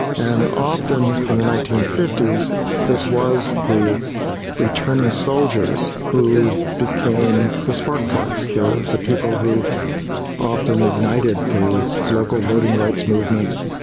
and often in the nineteen fifty s it was the returning soldiers who became the spark plugs, the the people who often ignited the local voting rights movements,